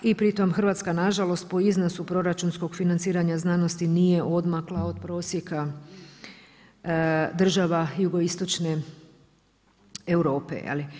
A i pri tome Hrvatska nažalost po iznosu proračunskog financiranja znanosti nije odmakla od prosjeka država jugoistočne Europe.